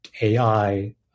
AI